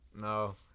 No